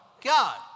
God